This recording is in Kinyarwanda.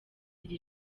iri